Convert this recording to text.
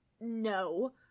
No